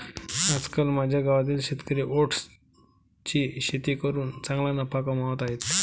आजकाल माझ्या गावातील शेतकरी ओट्सची शेती करून चांगला नफा कमावत आहेत